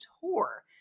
tour